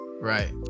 right